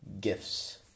gifts